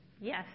yes